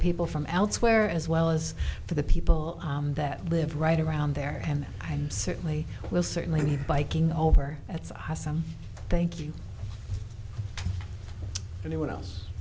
people from elsewhere as well as for the people that live right around there and i'm certainly will certainly be biking over that's awesome thank you anyone else